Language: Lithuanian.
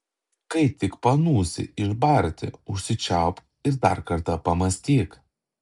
kai tik panūsi išbarti užsičiaupk ir dar kartą pamąstyk